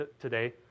today